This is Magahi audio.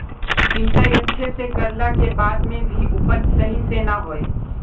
सिंचाई अच्छा से कर ला के बाद में भी उपज सही से ना होय?